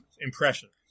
Impressions